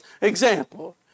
Example